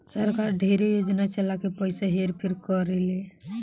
सरकार ढेरे योजना चला के पइसा हेर फेर करेले